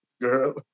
girl